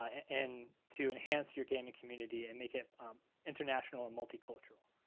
and to enhance your gaming community and make it international and multicultural.